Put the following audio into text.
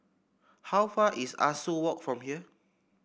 how far is Ah Soo Walk from here